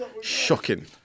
shocking